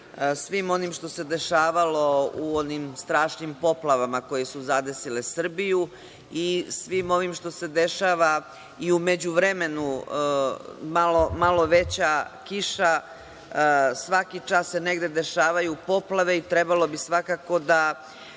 svim onim što se dešavalo u onim strašnim poplavama koje su zadesile Srbiju i svim ovim što se dešava i u međuvremenu malo veća kiša, svaki čas se negde dešavaju poplave i trebalo bi svakako da